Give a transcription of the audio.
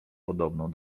podobną